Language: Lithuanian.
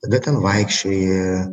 tada ten vaikščioji